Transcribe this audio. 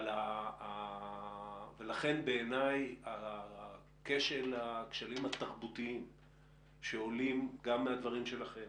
לכן בעיניי הכשלים התרבותיים שעולים גם מהדברים שלכם,